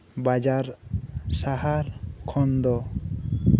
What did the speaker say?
ᱵᱟᱡᱟᱨ ᱥᱟᱦᱟᱨ ᱠᱷᱚᱱᱫᱚ